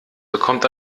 bekommt